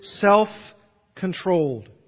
self-controlled